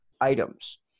items